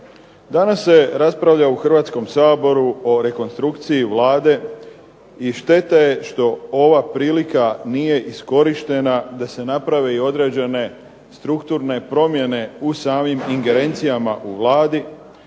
Danas se raspravlja u Hrvatskom saboru o rekonstrukciji Vlade i šteta je što ova prilika nije iskorištena da se naprave i određene strukturne promjene u samim ingerencijama u Vladi